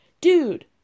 Dude